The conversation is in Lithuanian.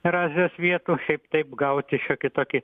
ir azijos vietų šiaip taip gauti šiokį tokį